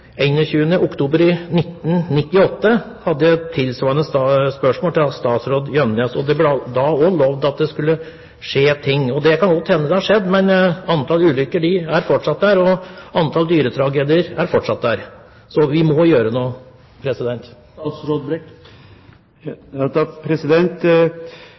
1998 hadde jeg et tilsvarende spørsmål til daværende statsråd Gjønnes. Det ble også da lovet at det skulle skje ting. Det kan godt hende at noe har skjedd, men antall ulykker er fortsatt der, og antall dyretragedier er fortsatt der. Så vi må gjøre noe.